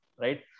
right